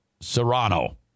Serrano